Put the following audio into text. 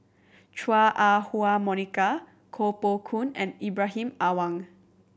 Chua Ah Huwa Monica Koh Poh Koon and Ibrahim Awang